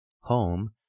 home